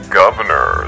governor